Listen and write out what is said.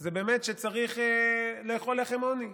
זה באמת שצריך לאכול לחם עוני,